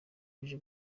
uje